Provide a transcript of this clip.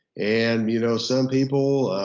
and you know some people,